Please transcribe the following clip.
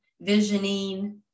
visioning